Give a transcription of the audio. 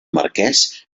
marquès